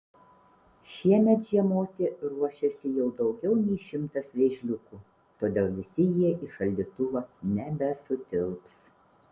šiemet žiemoti ruošiasi jau daugiau nei šimtas vėžliukų todėl visi jie į šaldytuvą nebesutilps